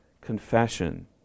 confession